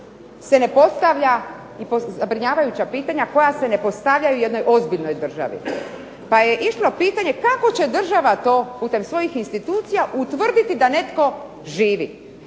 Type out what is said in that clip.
se ne postavlja i zabrinjavajuća pitanja koja se ne postavljaju jednoj ozbiljnoj državi. Pa je išlo pitanje kako će država to putem svojih institucija utvrditi da netko živi?